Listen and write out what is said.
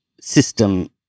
system